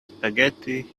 spaghetti